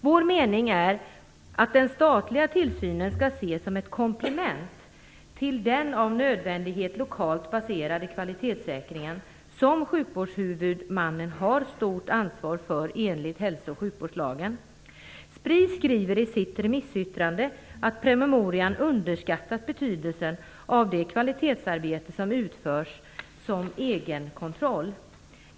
Vår mening är att den statliga tillsynen skall ses som ett komplement till den av nödvändighet lokalt baserade kvalitetssäkringen, som sjukvårdshuvudmannen har ett stort ansvar för enligt hälso och sjukvårdslagen. Spri skriver i sitt remissyttrande att betydelsen av det kvalitetsarbete som utförs som egen kontroll underskattas i promemorian.